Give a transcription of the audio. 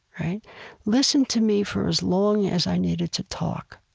listened to me for as long as i needed to talk.